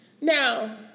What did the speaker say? Now